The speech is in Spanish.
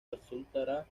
resultará